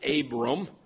Abram